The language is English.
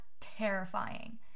terrifying